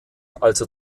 also